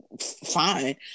Fine